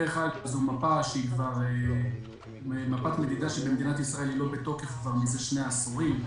זאת מפה מדידה שאיננה בתוקף כבר שני עשורים,